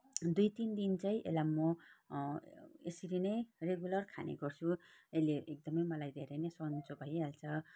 दुई तिन दिन चैँ एल्लाई म यसरी नै रेगुलर खाने गर्छु एल्ले एकदमै मलाई धेरै नै सन्चो भइहाल्छ